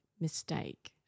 Mistake